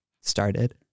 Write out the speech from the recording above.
started